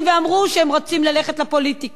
ואמרו שהם רוצים ללכת לפוליטיקה.